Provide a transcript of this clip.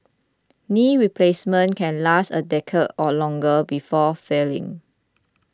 knee replacements can last a decade or longer before failing